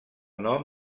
nom